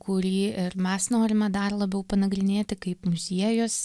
kurį ir mes norime dar labiau panagrinėti kaip muziejus